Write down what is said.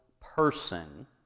person